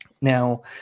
Now